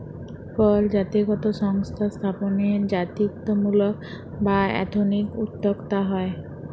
call জাতিগত সংস্থা স্থাপনে জাতিত্বমূলক বা এথনিক উদ্যক্তা হ্যয়